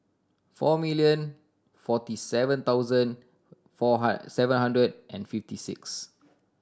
four million forty seven thousand four seven hundred and fifty six